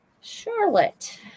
Charlotte